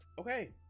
Okay